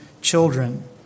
children